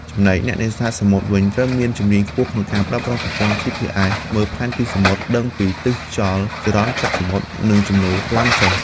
ចំណែកអ្នកនេសាទសមុទ្រវិញ ត្រូវមានជំនាញខ្ពស់ក្នុងការប្រើប្រាស់ប្រព័ន្ធ GPS មើលផែនទីសមុទ្រ ដឹងពីទិសខ្យល់ ចរន្តទឹកសមុទ្រ និងជំនោរទឹកឡើងចុះ។